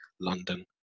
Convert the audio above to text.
London